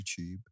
youtube